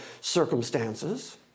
circumstances